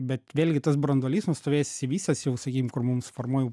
bet vėlgi tas branduolys nustovėjęs išsivystęs jau sakykim kur mums formuoja